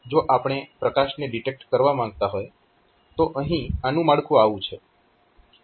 જો આપણે પ્રકાશને ડિટેક્ટ કરવા માંગતા હોય તો અહીં આનું માળખું આવું છે